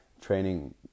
training